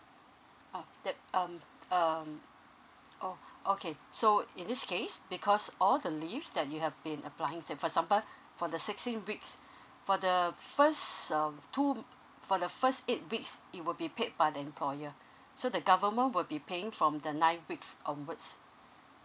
uh that um um oh okay so in this case because all the leave that you have been applying like for example for the sixteen weeks for the first um two for the first eight weeks it will be paid by the employer so the government will be paying from the ninth week onwards